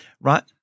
right